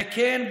וכן,